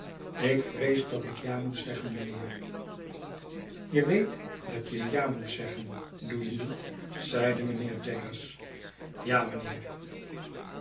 ik vrees dat ik ja moet zeggen mijnheer je weet dat je ja moet zeggen doe je niet zeide mijnheer jaggers ja mijnheer